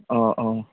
অঁ অঁ